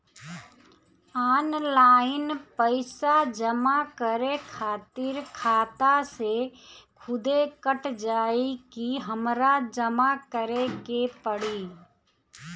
Online पैसा जमा करे खातिर खाता से खुदे कट जाई कि हमरा जमा करें के पड़ी?